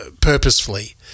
purposefully